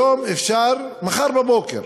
מחר בבוקר